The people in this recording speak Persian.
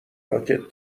راکت